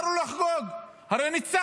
מותר לו לחגוג, הרי ניצחנו.